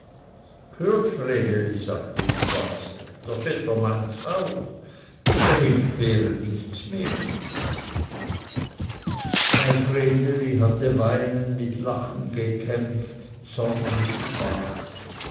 sagte die base der vetter meints auch da hilft wehren nichts mehr bei vreneli hatte weinen mit lachen gekämpft zorn mit spaß